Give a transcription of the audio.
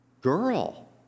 girl